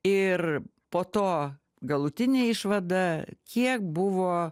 ir po to galutinė išvada kiek buvo